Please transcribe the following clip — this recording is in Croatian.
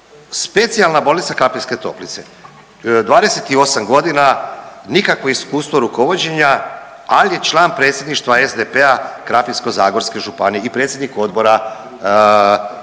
Specijalna bolnica Krapinske Toplice, 28 godina, nikakvo iskustvo rukovođenja, ali je član predsjedništva SDP-a Krapinsko-zagorske županije i predsjednik odbora,